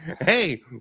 Hey